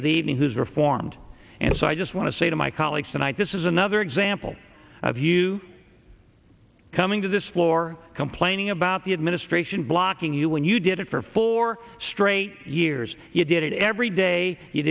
of the evening who's reformed and so i just want to say to my colleagues tonight this is another example of you coming to this floor complaining about the administration blocking you when you did it for four straight years you did it every day you